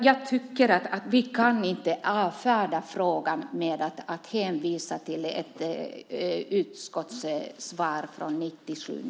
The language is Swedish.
Jag tycker inte att vi kan avfärda frågan genom att hänvisa till ett utskottssvar från 1997/98.